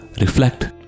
Reflect